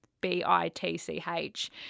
B-I-T-C-H